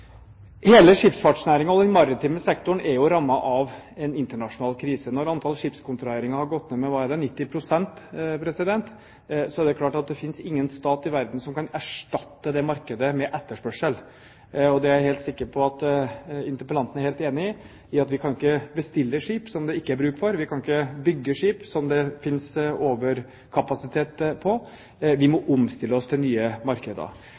Hele skipsfartsnæringen og den maritime sektoren er rammet av en internasjonal krise. Når antall skipskontraheringer har gått ned med – hva er det? – ca. 90 pst., er det klart at det finnes ingen stat i verden som kan erstatte det markedet med etterspørsel. Det er jeg helt sikker på at interpellanten er helt enig i; vi kan ikke bestille skip som det ikke er bruk for. Vi kan ikke bygge skip som det er overkapasitet på. Vi må omstille oss til nye markeder.